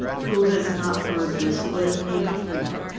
who has not heard this litany before?